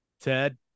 Ted